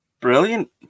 Brilliant